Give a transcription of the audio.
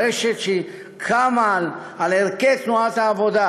רשת שקמה על ערכי תנועת העבודה,